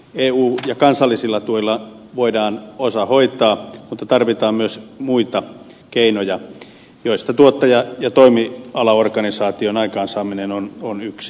eun ja kansallisilla tuilla voidaan osa hoitaa mutta tarvitaan myös muita keinoja joista tuottaja ja toimialaorganisaation aikaansaaminen on yksi